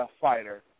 fighter